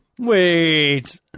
Wait